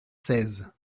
seize